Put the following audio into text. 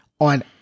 on